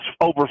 over